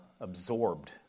absorbed